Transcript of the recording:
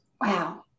Wow